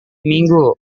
minggu